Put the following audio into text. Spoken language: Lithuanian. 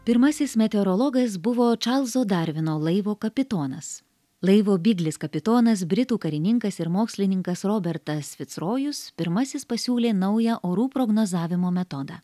pirmasis meteorologas buvo čarlzo darvino laivo kapitonas laivo biglis kapitonas britų karininkas ir mokslininkas robertas ficrojus pirmasis pasiūlė naują orų prognozavimo metodą